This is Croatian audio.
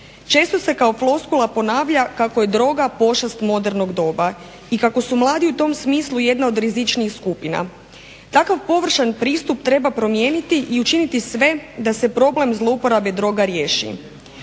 Često se kao floskula ponavlja kako je droga pošast modernog doba i kako su mladi u tom smislu jedna od rizičnijih skupina. Takav površan pristup treba promijeniti i učiniti sve da se problem zlouporabe droga riješi.